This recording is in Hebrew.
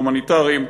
הומניטריים,